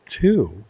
two